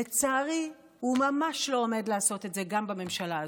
לצערי הוא ממש לא עומד לעשות את זה גם בממשלה הזאת.